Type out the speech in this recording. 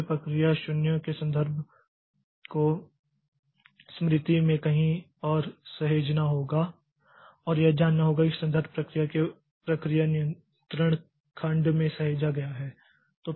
हमें प्रक्रिया 0 के संदर्भ को स्मृति में कहीं और सहेजना होगा और हमें यह जानना होगा कि संदर्भ प्रक्रिया के प्रक्रिया नियंत्रण खंड में सहेजा गया है